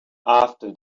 after